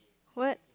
what